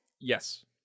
Yes